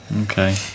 Okay